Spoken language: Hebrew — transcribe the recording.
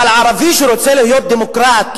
אבל ערבי שרוצה להיות דמוקרט,